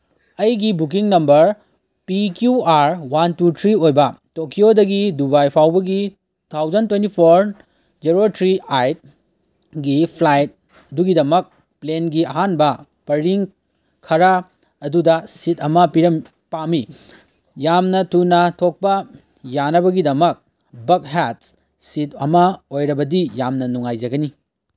ꯑꯩꯒꯤ booking number P Q R one two three ꯑꯣꯏꯕ ꯇꯣꯀꯤꯌꯣꯗꯒꯤ ꯗꯨꯕꯥꯏ ꯐꯥꯎꯕꯒꯤ two thousand twenty four zero three ꯑꯩꯠꯒꯤ ꯐ꯭ꯂꯥꯏꯠ ꯑꯗꯨꯒꯤꯗꯃꯛ ꯄ꯭ꯂꯦꯟꯒꯤ ꯑꯍꯥꯟꯕ ꯄꯔꯤꯡ ꯈꯔ ꯑꯗꯨꯗ ꯁꯤꯠ ꯑꯃ ꯄꯥꯝꯃꯤ ꯌꯥꯝꯅ ꯊꯨꯅ ꯊꯣꯛꯄ ꯌꯥꯅꯕꯒꯤꯗꯃꯛ ꯕꯛ ꯍꯦꯠꯁ ꯁꯤꯠꯁ ꯑꯃ ꯑꯣꯏꯔꯕꯗꯤ ꯌꯥꯝꯅ ꯅꯨꯡꯉꯥꯏꯖꯒꯅꯤ